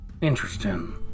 Interesting